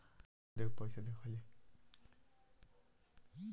गेहूं फसल के सिंचाई खातिर कवना मोटर के प्रयोग करी?